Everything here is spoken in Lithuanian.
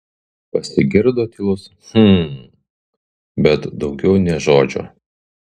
pasigirdo tylus hm bet daugiau nė žodžio